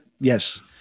Yes